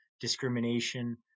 discrimination